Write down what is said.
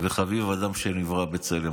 וחביב אדם שנברא בצלם.